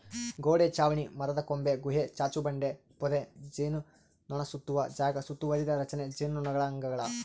ಗೋಡೆ ಚಾವಣಿ ಮರದಕೊಂಬೆ ಗುಹೆ ಚಾಚುಬಂಡೆ ಪೊದೆ ಜೇನುನೊಣಸುತ್ತುವ ಜಾಗ ಸುತ್ತುವರಿದ ರಚನೆ ಜೇನುನೊಣಗಳ ಅಂಗಳ